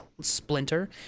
splinter